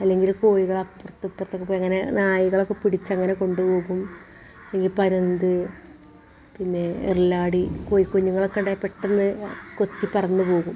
അല്ലെങ്കിൽ കോഴികൾ അപ്പറത്തും ഇപ്പറത്തും പോയി അങ്ങനെ നായികൾ ഒക്കെ പിടിച്ചങ്ങനെ കൊണ്ട് പോകും ഈ പരുന്ത് പിന്നെ എർളാടി കോഴി കുഞ്ഞുങ്ങളൊക്കുണ്ടേ പെട്ടെന്ന് കൊത്തി പറന്ന് പോകും